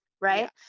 Right